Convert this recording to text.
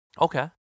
Okay